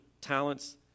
talents